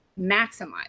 maximize